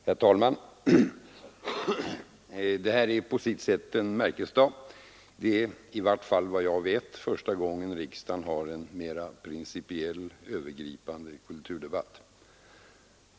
Herr talman! Det här är på sitt sätt en märkesdag. Det är — i varje fall vad jag vet — första gången riksdagen har en mera principiell, övergripande kulturdebatt.